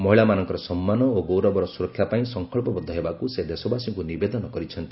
ମହିଳାମାନଙ୍କର ସମ୍ମାନ ଓ ଗୌରବର ସୁରକ୍ଷା ପାଇଁ ସଂକଳ୍ପବଦ୍ଧ ହେବାକୁ ସେ ଦେଶବାସୀଙ୍କୁ ନିବେଦନ କରିଛନ୍ତି